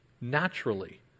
naturally